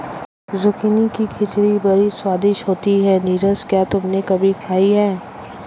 Zucchini की खिचड़ी बड़ी स्वादिष्ट होती है नीरज क्या तुमने कभी खाई है?